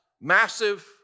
massive